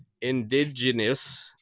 Indigenous